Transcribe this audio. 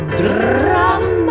drama